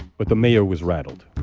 but the mayor was rattled.